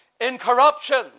incorruption